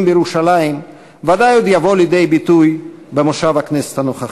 בירושלים ודאי עוד יבוא לידי ביטוי במושב הכנסת הנוכחי.